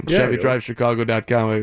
ChevyDriveChicago.com